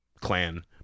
Clan